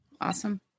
Awesome